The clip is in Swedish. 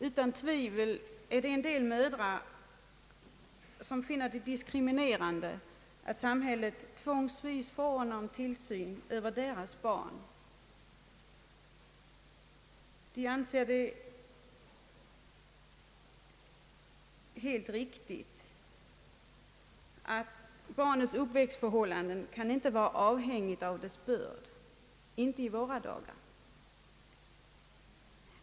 Utan tvivel är det en del mödrar som finner det diskriminerande att samhället tvångsvis förordnar om tillsyn av deras barn. Vi anser det helt riktigt att barnets uppväxtförhållanden inte skall vara avhängiga av dess börd — inte i våra dagar.